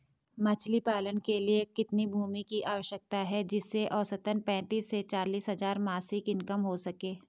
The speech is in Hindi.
मछली पालन के लिए कितनी भूमि की आवश्यकता है जिससे औसतन पैंतीस से चालीस हज़ार मासिक इनकम हो सके?